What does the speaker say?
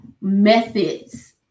methods